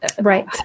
right